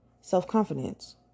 self-confidence